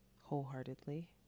wholeheartedly